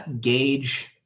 gauge